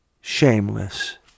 shameless